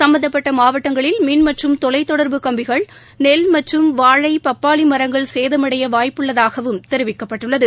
சும்பந்தபட்ட மாவட்டங்களில் மின் மற்றும் தொலைத் தொடர்பு கம்பிகள் நெல் வாழை பப்பாளி மரங்கள் சேதமடைய வாய்ப்புள்ளதாகவும் தெரிவிக்கப்பட்டுள்ளது